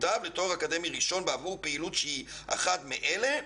לימודים לתואר אקדמי ראשון בעבור פעילות שהיא אחת מאלה...